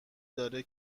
داره